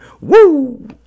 Woo